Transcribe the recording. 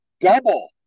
double